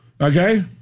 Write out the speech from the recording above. Okay